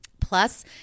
Plus